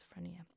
schizophrenia